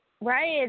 Right